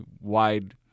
wide